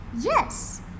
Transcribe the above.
Yes